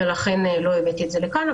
ולכן לא הבאתי את זה לכאן.